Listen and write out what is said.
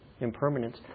impermanence